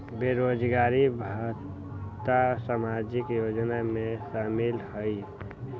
बेरोजगारी भत्ता सामाजिक योजना में शामिल ह ई?